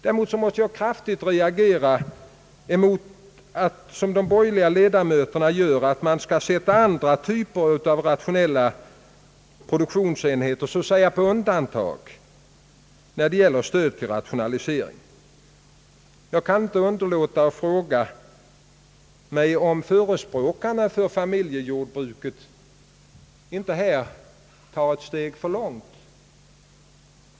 Däremot måste jag kraftigt reagera mot att man, såsom de borgerliga ledamöterna gör, skulle sätta andra typer av rationella produktionsenheter på undantag när det gäller stöd till rationalisering. Jag kan inte underlåta att fråga mig om inte förespråkarna för familjejordbruket härvidlag går ett steg för långt.